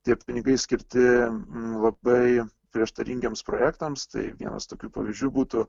tie pinigai skirti labai prieštaringiems projektams tai vienas tokių pavyzdžių būtų